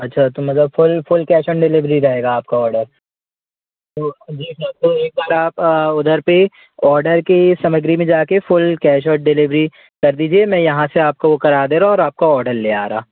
अच्छा तो मतलब full full cash on delivery रहेगा आपका ऑडर तो जी सर तो एक बार आप उधर पर ऑडर के सामग्री में जा कर फ़ुल कैश ऑन डिलीवरी कर दीजिए मैं यहाँ से आपको वह करा दे रहा हूँ और आपका ऑडर ले आ रहा